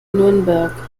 nürnberg